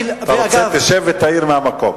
תשב ותעיר מהמקום.